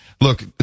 look